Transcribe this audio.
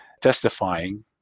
testifying